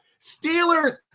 Steelers